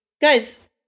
guys